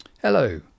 Hello